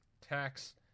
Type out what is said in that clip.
Tax